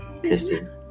Kristen